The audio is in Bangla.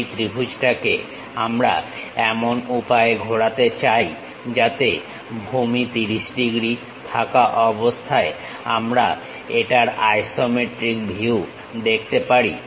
এই ত্রিভুজটাকে আমরা এমন উপায়ে ঘোরাতে চাই যাতে ভূমি 30 ডিগ্রী থাকা অবস্থায় আমরা এটার আইসোমেট্রিক ভিউ দেখতে পারি